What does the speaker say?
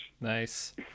nice